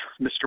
Mr